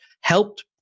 helped